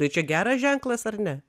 tai čia geras ženklas ar ne